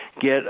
get